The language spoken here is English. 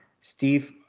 steve